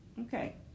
Okay